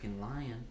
lion